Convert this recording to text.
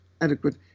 adequate